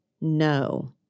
no